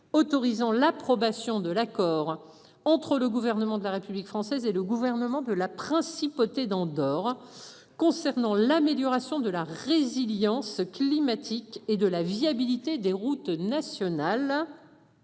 autorisant l'approbation de l'accord entre le gouvernement de la République française et le gouvernement de la principauté d'Andorre concernant l'amélioration de la résilience climatique et de la viabilité des routes nationales.